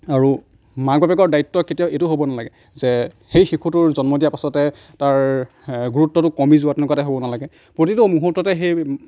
আৰু মাক বাপেকৰ দায়িত্ব কেতিয়াও এইটো হ'ব নালাগে যে সেই শিশুটোৰ জন্ম দিয়াৰ পাছতে তাৰ গুৰুত্বটো কমি যোৱা তেনেকুৱা টাইপ হ'ব নালাগে প্ৰতিটো মুহূৰ্ততে সেই